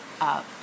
up